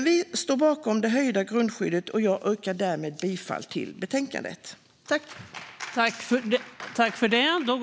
Vi står bakom det höjda grundskyddet, och jag yrkar därmed bifall till utskottets förslag.